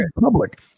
public